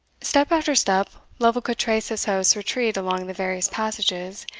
step after step lovel could trace his host's retreat along the various passages,